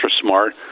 smart